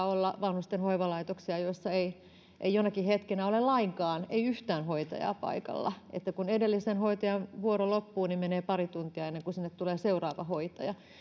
olla vanhusten hoivalaitoksia joissa ei ei jonakin hetkenä ole lainkaan hoitajia ei yhtään hoitajaa paikalla kun edellisen hoitajan vuoro loppuu niin menee pari tuntia ennen kuin sinne tulee seuraava hoitaja